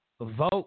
vote